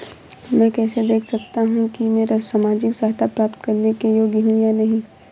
मैं कैसे देख सकता हूं कि मैं सामाजिक सहायता प्राप्त करने योग्य हूं या नहीं?